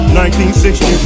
1960